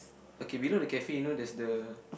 okay below the cafe you know there's the